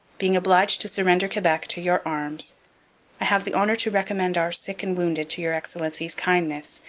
being obliged to surrender quebec to your arms i have the honour to recommend our sick and wounded to your excellency's kindness,